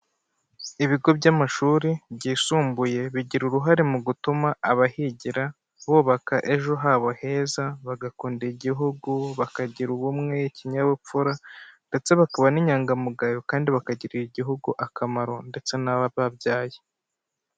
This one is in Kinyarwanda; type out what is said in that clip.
Ibigo by'amashuri byisumbuye bigira uruhare mu gutuma abahigira bubaka ejo habo heza, bagakunda igihugu, bakagira ubumwe, ikinyabupfura ndetse bakaba n'inyangamugayo kandi bakagirira igihugu akamaro ndetse n'abababyaye.